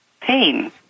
pain